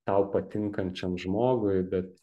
tau patinkančiam žmogui bet